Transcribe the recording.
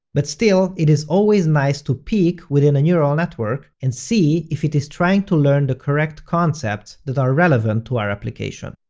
but still, it is always nice to peek within a neural network and see if it is trying to learn the correct concepts that are relevant to our application.